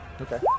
Okay